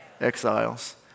Exiles